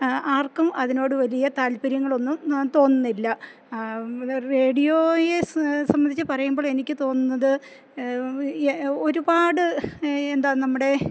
ആർക്കും അതിനോട് വലിയ താല്പര്യങ്ങളൊന്നും തോന്നുന്നില്ല റേഡിയോയെ സംബന്ധിച്ച് പറയുമ്പോൾ എനിക്ക് തോന്നുന്നത് ഒരുപാട് എന്താണ് നമ്മുടെ